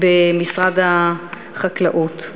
במשרד החקלאות.